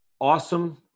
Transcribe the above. awesome